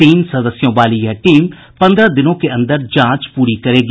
तीन सदस्यों वाली यह टीम पन्द्रह दिनों के अन्दर जांच पूरी करेगी